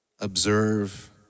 observe